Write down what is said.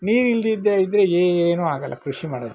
ನೀರಿಲ್ದಿದ್ದರೆ ಇದ್ದರೆ ಏನೂ ಆಗೋಲ್ಲ ಕೃಷಿ ಮಾಡೋದಕ್ಕೆ